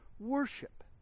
worship